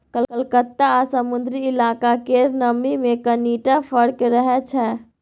कलकत्ता आ समुद्री इलाका केर नमी मे कनिटा फर्क रहै छै